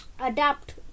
adapt